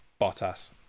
Bottas